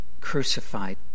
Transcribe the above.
crucified